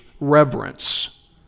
reverence